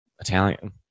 Italian